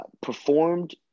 performed –